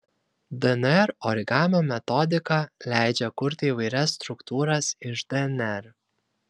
dnr origamio metodika leidžia kurti įvairias struktūras iš dnr